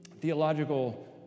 theological